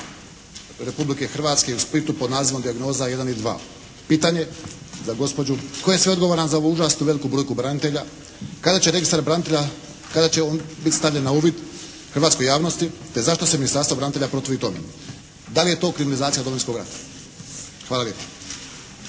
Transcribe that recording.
Republike Hrvatske u Splitu pod nazivom "Dijagnoza 1 i 2". Pitanje za gospođu je tko je sve odgovoran za ovu užasno veliku …/Govornik se ne razumije./… branitelja? Kada će registar branitelja biti stavljen na uvid hrvatskoj javnosti, te zašto se Ministarstvo branitelja protivi tome? Da li je to kriminalizacija Domovinskog rata? Hvala lijepa.